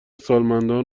سالمندان